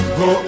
go